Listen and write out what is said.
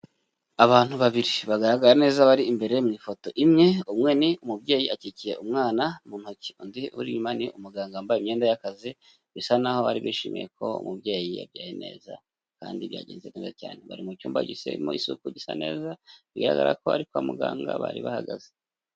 Abantu babiri bagaragara neza bari imbere mu ifoto imwe, umwe ni umubyeyi akikiye umwana mu ntoki undi uri inyuma ni umuganga wambaye imyenda y'akazi bisa naho bari bishimiye ko umubyeyi yabyaye neza kandi byagenze neza cyane. Bari mu cyumba kirimo isuku gisa neza bigaragara ko ari nko kwa muganga bari bahagaze.